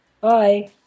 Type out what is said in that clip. Bye